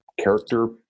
character